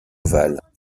ovale